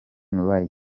wright